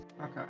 okay